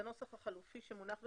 הנוסח החלופי שמונח בפנינו?